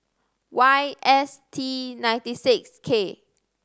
Y S T ninety six K